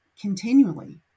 continually